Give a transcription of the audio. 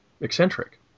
eccentric